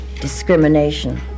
discrimination